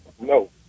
No